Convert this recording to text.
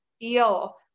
feel